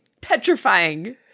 petrifying